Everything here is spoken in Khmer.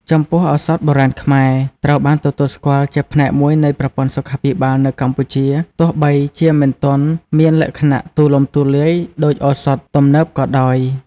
ចំពោះ ឱសថបុរាណខ្មែរត្រូវបានទទួលស្គាល់ជាផ្នែកមួយនៃប្រព័ន្ធសុខាភិបាលនៅកម្ពុជា ទោះបីជាមិនទាន់មានលក្ខណៈទូលំទូលាយដូចឱសថទំនើបក៏ដោយ។